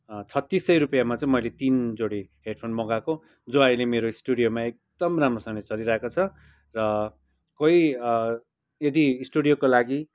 छत्तिस सय रुपियाँमा चाहिँ मैले तीन जोडी हेडफोन मगाएको जो अहिले मेरो स्टुडियोमा एकदम राम्रोसँगले चलिरहेको छ र कोही यदि स्टुडियोको लागि